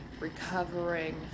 recovering